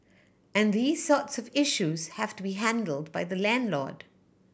and these sorts of issues have to be handled by the landlord